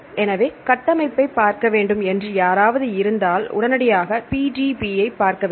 எனவே கட்டமைப்பை பார்க்க வேண்டும் என்று யாராவது இருந்தால் உடனடியாக PDB ஐ பார்க்க வேண்டும்